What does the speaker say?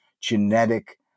genetic